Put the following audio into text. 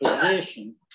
position